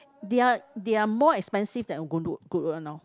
they are they are more expensive than one lor